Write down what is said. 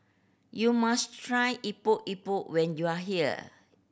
you must try Epok Epok when you are here